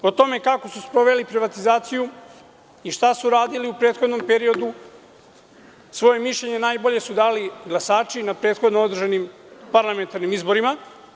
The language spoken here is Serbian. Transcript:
O tome kako su sproveli privatizaciju i šta su radili u prethodnom periodu, svoje mišljenje najbolje su dali glasači na prethodno održanim parlamentarnim izborima.